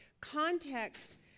context